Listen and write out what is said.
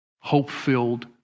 hope-filled